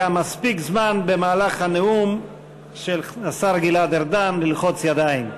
היה מספיק זמן במהלך הנאום של השר גלעד ארדן ללחוץ ידיים.